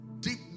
deep